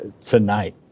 tonight